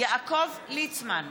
יעקב ליצמן,